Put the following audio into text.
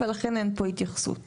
ולכן אין פה התייחסות.